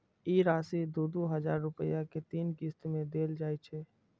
ई राशि दू दू हजार रुपया के तीन किस्त मे देल जाइ छै